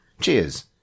Cheers